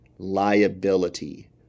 liability